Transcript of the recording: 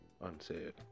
unsaid